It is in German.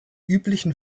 üblichen